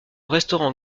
restaurant